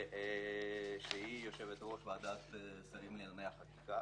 שהיא יושבת-ראש ועדת השרים לענייני החקיקה,